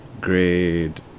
grade